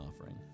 offering